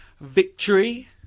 victory